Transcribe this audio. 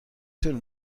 طول